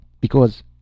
Because—